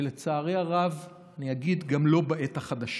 ולצערי הרב, אני אגיד, גם לא בעת החדשה.